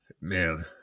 Man